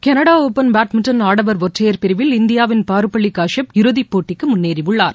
களடா open badminton ஆடவர் ஒற்றையர் பிரிவில் பாருப்பள்ளி காஷ்யப் இறுதி போட்டிக்கு முன்னேறியுள்ளார்